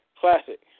Classic